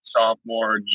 sophomore